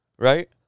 Right